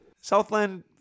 southland